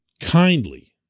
kindly